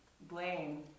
blame